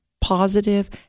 positive